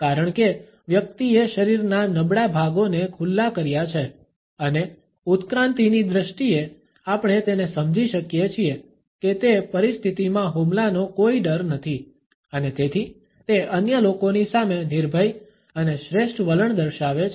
કારણ કે વ્યક્તિએ શરીરના નબળા ભાગોને ખુલ્લા કર્યા છે અને ઉત્ક્રાંતિની દ્રષ્ટિએ આપણે તેને સમજી શકીએ છીએ કે તે પરિસ્થિતિમાં હુમલાનો કોઈ ડર નથી અને તેથી તે અન્ય લોકોની સામે નિર્ભય અને શ્રેષ્ઠ વલણ દર્શાવે છે